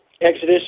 Exodus